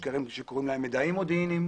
יש כאלה שקוראים להם מידעי מודיעינים